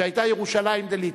שהיתה ירושלים דליטא.